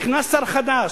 נכנס שר חדש,